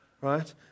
right